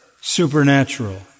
supernatural